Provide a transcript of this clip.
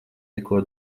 neko